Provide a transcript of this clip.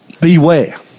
beware